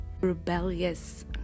rebellious